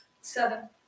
Seven